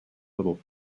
little